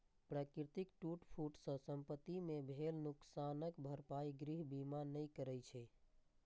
प्राकृतिक टूट फूट सं संपत्ति कें भेल नुकसानक भरपाई गृह बीमा नै करै छै